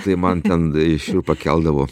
tai man ten iš jų pakeldavo